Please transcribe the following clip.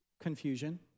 Confusion